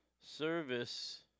Service